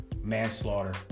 manslaughter